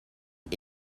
dvd